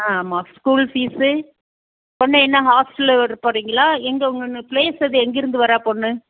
ஆமாம் school fees பொண்ணை என்ன ஹாஸ்டலில் விட போகறீங்களா எங்கே உங்கள் பிளேஸ் எது எங்கிருந்து வரா பொண்ணு